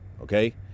okay